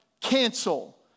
cancel